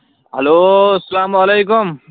hello اسلام علیکُم